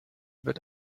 wird